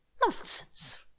Nonsense